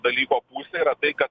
dalyko pusė yra tai kad